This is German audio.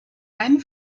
einen